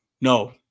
No